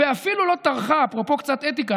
ואפילו לא טרחה, אפרופו קצת אתיקה.